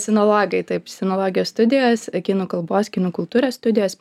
sinologai taip sinologijos studijos kinų kalbos kinų kultūros studijos